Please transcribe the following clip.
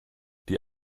die